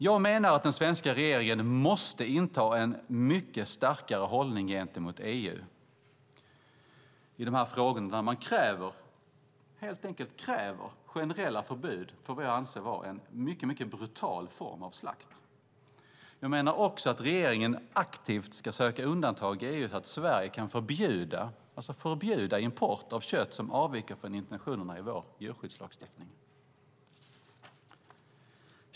Jag menar att den svenska regeringen måste inta en mycket starkare hållning gentemot EU i de här frågorna och helt enkelt kräver generella förbud för vad jag anser vara en mycket brutal form av slakt. Jag menar också att regeringen aktivt ska söka undantag i EU för att Sverige ska kunna förbjuda import av kött där man avviker från intentionerna i vår djurskyddslagstiftning.